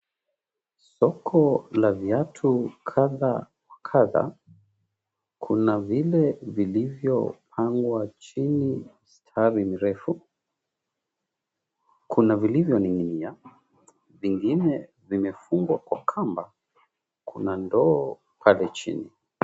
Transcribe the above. Soko la viatu kadhaa wa kadhaa, kuna vile vilivyopangwa chini mstari refu, kuna vilivyoning'inia, vingine vimefungwa kwa kamba. Kuna ndogo pale chini.